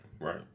Right